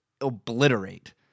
obliterate